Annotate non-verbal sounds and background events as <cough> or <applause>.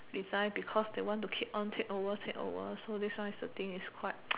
design because they want to keep on take over take over so this one is the thing is quite <noise>